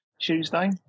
Tuesday